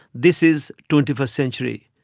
this is twenty first century.